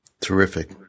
Terrific